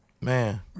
Man